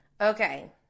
Okay